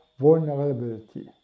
vulnerability